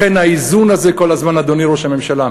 לכן האיזון הזה כל הזמן, אדוני ראש הממשלה,